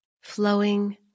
flowing